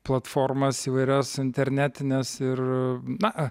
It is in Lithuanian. platformas įvairias internetines ir na